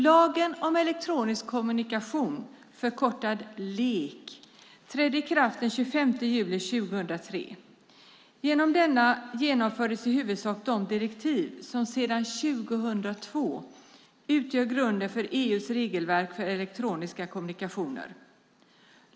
Lagen om elektronisk kommunikation, förkortad LEK, trädde i kraft den 25 juli 2003. Genom denna genomfördes i huvudsak de direktiv som sedan 2002 utgör grunden för EU:s regelverk för elektroniska kommunikationer.